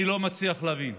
אני לא מצליח להבין.